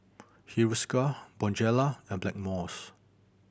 Hiruscar Bonjela and Blackmores